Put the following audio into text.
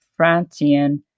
Francian